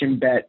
bet